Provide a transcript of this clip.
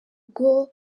bwo